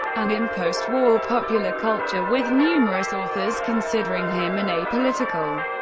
and in postwar popular culture, with numerous authors considering him an apolitical,